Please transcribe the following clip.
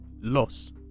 loss